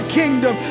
kingdom